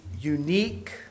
unique